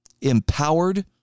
empowered